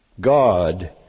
God